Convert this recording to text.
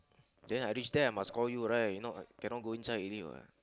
then I reach there I must call you right if not cannot go inside already what